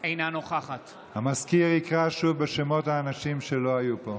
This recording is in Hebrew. אינה נוכחת המזכיר יקרא שוב בשמות האנשים שלא היו פה.